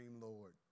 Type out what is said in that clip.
Lord